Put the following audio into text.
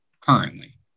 currently